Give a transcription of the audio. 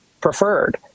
preferred